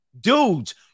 Dudes